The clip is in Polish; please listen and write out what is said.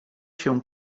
się